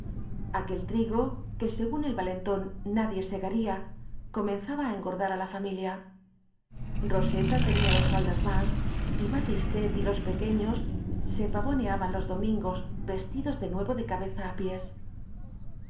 pimentó aquel trigo que según el valentón nadie segaría comenzaba á engordar á la familia roseta te nía dos faldas más y batistet y los pequeños se pavoneaban los domingos vestidos de nuevo de cabeza á pies